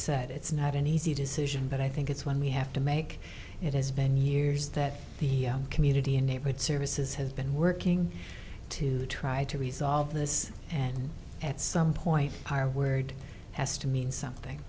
said it's not an easy decision but i think it's one we have to make it has been years that the community and neighborhood services have been working to try to resolve this and at some point higher word has to mean something